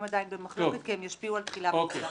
עדיין במחלוקת כי הם ישפיעו על התחילה והתחולה.